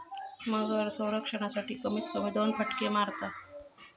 मगर संरक्षणासाठी, कमीत कमी दोन फटके मारता